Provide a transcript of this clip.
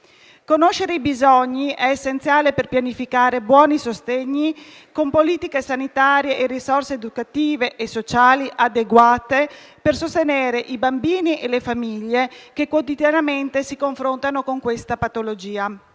Conoscere i bisogni è essenziale per pianificare buoni sostegni, con politiche sanitarie e risorse educative e sociali adeguate per sostenere i bambini e le famiglie che quotidianamente si confrontano con questa patologia.